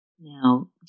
Now